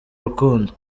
urukundo